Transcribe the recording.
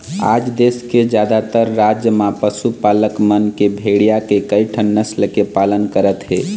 आज देश के जादातर राज म पशुपालक मन भेड़िया के कइठन नसल के पालन करत हे